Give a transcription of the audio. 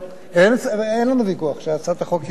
אין לנו ויכוח שהצעת החוק ראויה,